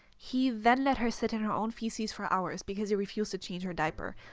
he then let her sit in her own feces for hours because he refused to change her diaper,